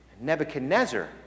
Nebuchadnezzar